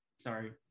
Sorry